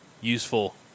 useful